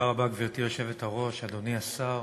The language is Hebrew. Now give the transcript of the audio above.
תודה רבה, גברתי יושבת-הראש, אדוני השר,